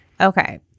Okay